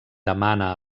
demana